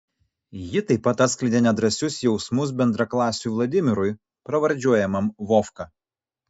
ji taip pat atskleidė nedrąsius jausmus bendraklasiui vladimirui pravardžiuojamam vovka